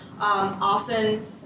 often